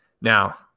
Now